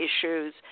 issues